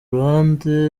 ruhande